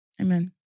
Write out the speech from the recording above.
Amen